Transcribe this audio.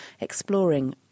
exploring